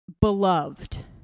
Beloved